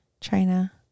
China